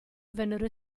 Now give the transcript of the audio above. vennero